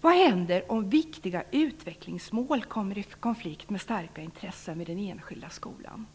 Vad händer om viktiga utvecklingsmål kommer i konflikt med starka intressen vid den enskilda skolan?